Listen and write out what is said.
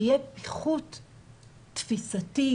יהיה פיחות תפיסתי,